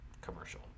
commercial